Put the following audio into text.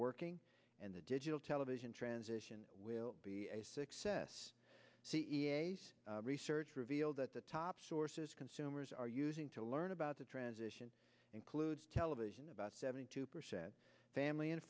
working and the digital television transition will be a success research revealed that the top sources consumers are using to learn about the transition includes television about seventy two percent family and